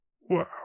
Wow